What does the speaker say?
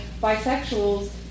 bisexuals